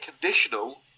conditional